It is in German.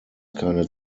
keine